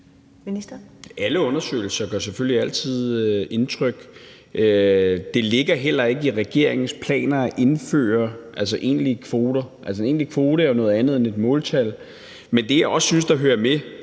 Alle undersøgelser gør selvfølgelig altid indtryk. Det ligger heller ikke i regeringens planer at indføre egentlige kvoter. Altså, en egentlig kvote er jo noget andet end et måltal. Men det, jeg også synes hører med